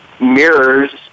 mirrors